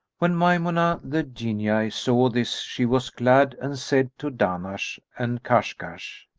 when maymunah the jinniyah saw this, she was glad and said to dahnash and kashkash,